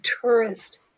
tourist